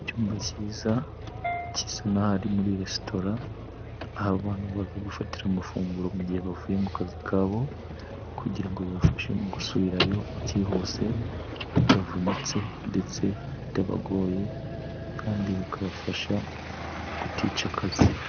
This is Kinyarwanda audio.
Icyumba kiza gisa n'aho ari muri resitora, aho abantu baza gufatira amafunguro mu gihe bavuye mu kazi kabo kugira ngo bibafashe mu gusubirayo byihuse, batavunitse ndetse bitabagoye, kandi bikabafasha kutica akazi.